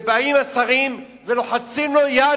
ובאים השרים ולוחצים לו יד,